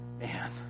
man